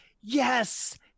yes